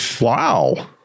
Wow